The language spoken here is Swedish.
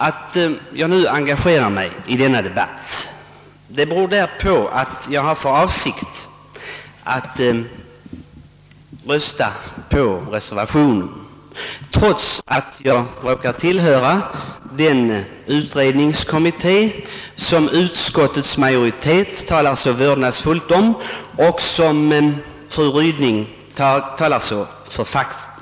Att jag engagerar mig i denna debatt beror på att jag har för avsikt att rösta för reservationen, trots att jag tillhör den utredningskommitté som utskottsmajoriteten talar så vördnadsfullt om och som fru Ryding talar så